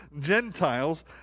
Gentiles